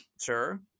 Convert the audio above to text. Sure